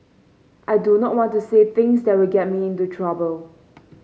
I do not want to say things that will get me into trouble